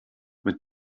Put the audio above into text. mit